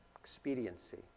Expediency